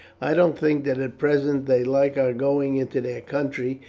i don't think that at present they like our going into their country,